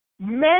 men